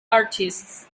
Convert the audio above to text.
artists